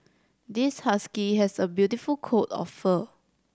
this husky has a beautiful coat of fur